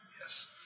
Yes